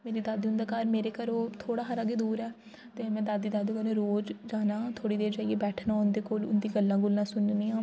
मेरी दादी हुंदा घर मेरे घरो थोह्ड़ा हारा गै दूर ऐ ते में दादी दादू कन्नै रोज़ जाना थोह्ड़ी देर जाइयै बैठना उं'दे कोल उं'दी गल्लां गुल्लां सुननियां